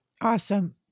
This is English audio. Awesome